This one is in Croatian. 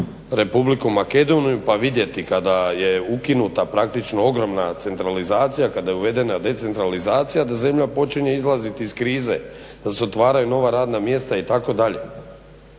Republiku Makedoniju pa vidjeti kada je ukinuta praktično ogromna centralizacija kada je uvedena decentralizacija da zemlje počinje izlaziti iz krize, da se otvaraju nova radna mjesta itd.